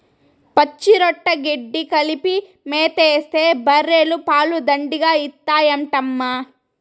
పచ్చిరొట్ట గెడ్డి కలిపి మేతేస్తే బర్రెలు పాలు దండిగా ఇత్తాయంటమ్మా